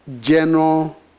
general